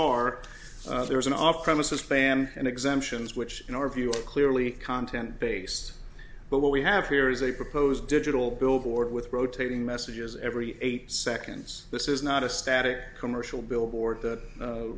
are there is an off premises ban and exemptions which in our view are clearly content based but what we have here is a proposed digital billboard with rotating messages every eight seconds this is not a static commercial billboard that